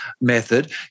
method